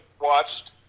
watched